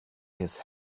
his